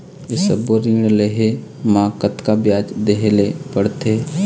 ये सब्बो ऋण लहे मा कतका ब्याज देहें ले पड़ते?